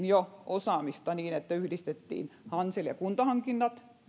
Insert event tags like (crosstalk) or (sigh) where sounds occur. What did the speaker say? (unintelligible) jo osaamista niin että yhdistettiin hansel ja kuntahankinnat